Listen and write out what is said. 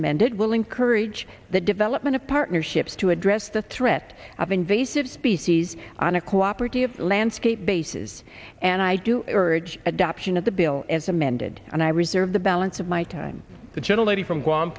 amended will encourage the development of partnerships to address the threat of invasive species on a cooperative landscape bases and i do encourage adoption of the bill as amended and i reserve the balance of my time the gentle lady from guam